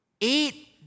Eight